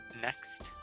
next